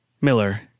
Miller